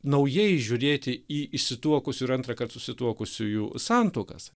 naujai žiūrėti į išsituokusių ir antrą kartą susituokusiųjų santuokas